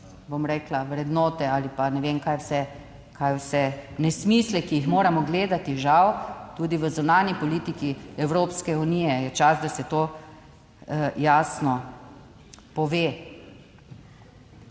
bom rekla, vrednote ali pa ne vem kaj vse, kaj vse, nesmisle, ki jih moramo gledati, žal, tudi v zunanji politiki Evropske unije je čas, da se to jasno pove.